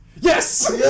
Yes